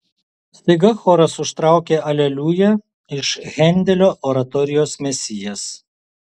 staiga choras užtraukė aleliuja iš hendelio oratorijos mesijas